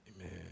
Amen